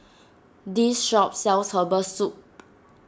this shop sells Herbal Soup